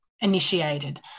initiated